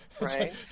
right